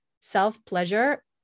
Self-pleasure